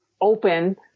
open